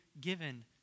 given